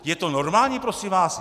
Je to normální, prosím vás?